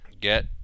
get